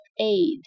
aid